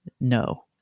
no